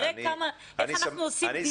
תראה איך אנחנו עושים דיון מהיר.